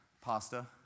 Pasta